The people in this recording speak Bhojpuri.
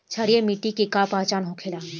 क्षारीय मिट्टी के का पहचान होखेला?